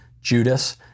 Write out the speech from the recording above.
Judas